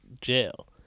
jail